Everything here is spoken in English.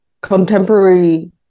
contemporary